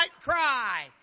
cry